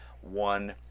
one